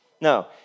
No